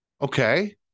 Okay